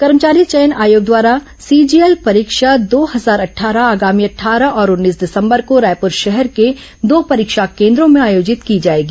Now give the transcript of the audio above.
कर्मचारी चयन आयोग द्वारा सीजीएल परीक्षा दो हजार अट्ठारह आगामी अट्ठारह और उन्नीस दिसम्बर को रायपुर शहर के दो परीक्षा केन्द्रों में आयोजित की जाएगी